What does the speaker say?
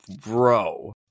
bro